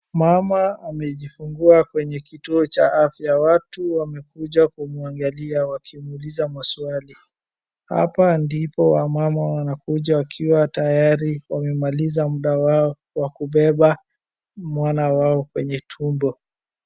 Mama amejifungua kwenye kituo cha afya. Watu wamekuja kumuangalia wakimuuliza maswali. Hapa ndipo wamama wanakuja wakiwa tayari wamemaliza muda wao wa kubeba mwana wao kwenye tumbo.